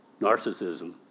narcissism